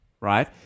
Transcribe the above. right